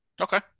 Okay